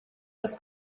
aus